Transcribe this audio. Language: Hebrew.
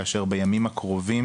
ובימים הקרובים